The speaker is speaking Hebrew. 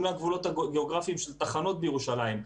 לא הגבולות הגיאוגרפיים של התחנות בירושלים,